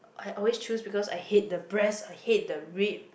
I always choose because I hate the breast I hate the rib